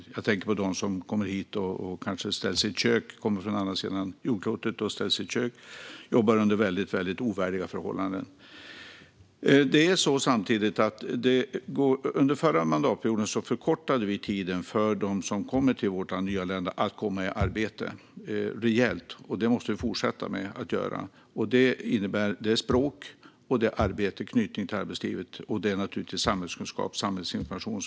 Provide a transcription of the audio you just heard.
Jag tänker på dem som kommer hit från andra sidan jordklotet och kanske ställer sig i ett kök där de jobbar under väldigt ovärdiga förhållanden. Under förra mandatperioden förkortade vi tiden rejält för de nyanlända som kommer till vårt land att komma i arbete. Det måste vi fortsätta med. De tre pelare vi nu bygger vidare på handlar bland annat om språk, anknytning till arbetslivet och naturligtvis samhällsinformation.